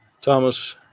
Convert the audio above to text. Thomas